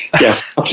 yes